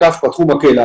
אם יפתחו את חנויות המסחר,